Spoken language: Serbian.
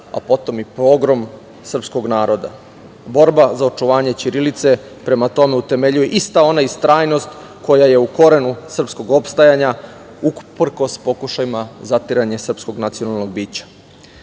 a potom i pogrom srpskog naroda. Borba za očuvanje ćirilice prema tome utemeljuje ista ona istrajnost koja je u korenu srpskog opstajanja uprkos pokušaja zatiranja srpskog nacionalnog bića.S